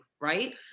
right